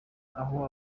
aho